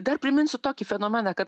dar priminsiu tokį fenomeną kad